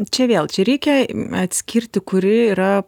čia vėl čia reikia atskirti kuri yra